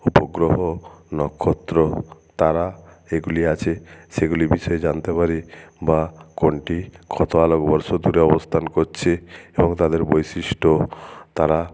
উপগ্রহ নক্ষত্র তারা এগুলি আছে সেগুলি বিষয়ে জানতে পারি বা কোনটি কতো আলোকবর্ষ দূরে অবস্থান করছে এবং তাদের বৈশিষ্ট্য তারা